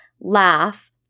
laugh